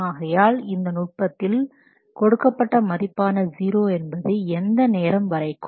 ஆகையால் இந்த நுட்பத்தில் கொடுக்கப்பட்ட மதிப்பான 0 என்பது எந்த நேரம் வரைக்கும்